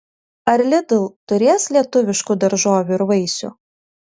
ar lidl turės lietuviškų daržovių ir vaisių